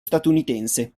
statunitense